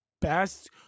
best